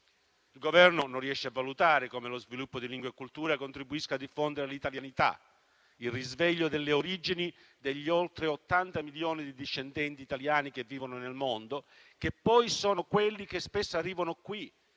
Il Governo non riesce a valutare come lo sviluppo di lingua e cultura contribuisca a diffondere l'italianità, per esempio tramite il risveglio delle origini degli oltre 80 milioni di discendenti italiani che vivono nel mondo, che poi sono quelli che spesso arrivano qui